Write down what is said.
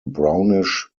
brownish